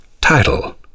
title